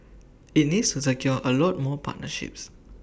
IT needs to secure A lot more partnerships